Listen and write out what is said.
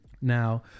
now